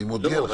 אני מודיע לך.